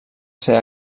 ser